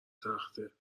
تخته